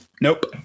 Nope